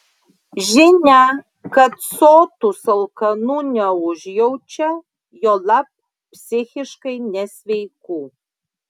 žinia kad sotūs alkanų neužjaučia juolab psichiškai nesveikų